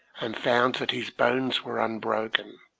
and found that his bones were unbroken.